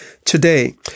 today